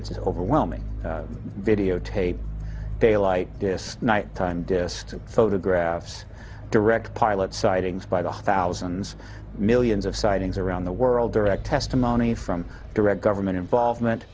an overwhelming videotape daylight yes nighttime dest photographs direct pilot sightings by the thousands millions of sightings around the world direct testimony from direct government involvement